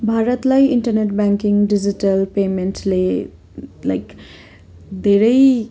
भारतलाई internet banking digital पेमेन्टले like धेरै